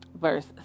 verse